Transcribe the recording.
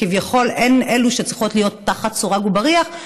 כביכול הן אלו שצריכות להיות תחת סורג ובריח,